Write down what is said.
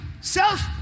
Self